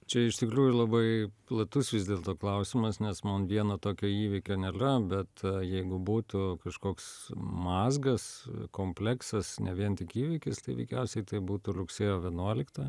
čia iš tikrųjų labai platus vis dėlto klausimas nes man vieno tokio įvykio nėlia bet jeigu būtų kažkoks mazgas kompleksas ne vien tik įvykis tai veikiausiai tai būtų rugsėjo vienuolikta